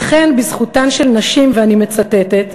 וכן בזכותן של נשים, ואני מצטטת,